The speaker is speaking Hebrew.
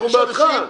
אנחנו בעדך.